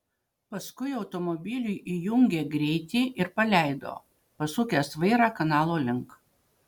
paskui automobiliui įjungė greitį ir paleido pasukęs vairą kanalo link